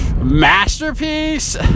masterpiece